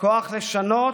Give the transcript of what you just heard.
כוח לשנות,